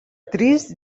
trys